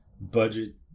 budget